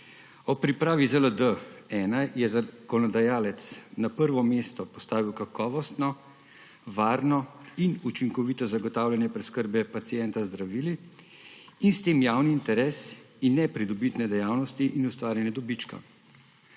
Ob pripravi ZLD-1 je zakonodajalec na prvo mesto postavil kakovostno, varno in učinkovito zagotavljanje preskrbe pacienta z zdravili in s tem javni interes in ne pridobitne dejavnosti in ustvarjanje dobička.